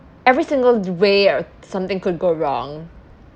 every single way or something could go wrong